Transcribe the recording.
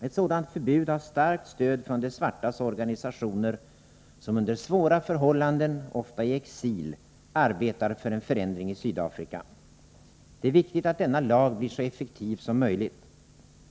Ett sådant förbud har starkt stöd från de svartas organisationer, som under svåra förhållanden — ofta i exil — arbetar för en förändring i Sydafrika. Det är viktigt att denna lag blir så effektiv som möjligt.